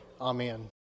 Amen